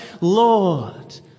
Lord